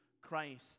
Christ